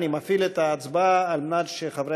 אני מפעיל את ההצבעה על מנת שחברי